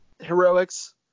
heroics